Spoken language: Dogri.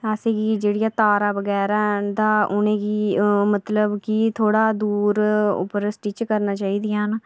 असें गी जेह्कियां तारां बगेरा हैन तां उ'नें गी मतलब कि थोह्ड़ा दूर उप्पर स्टिच करना चाहिदियां